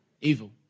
evil